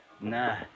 Nah